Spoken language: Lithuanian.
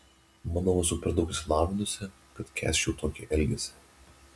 manau esu per daug išsilavinusi kad kęsčiau tokį elgesį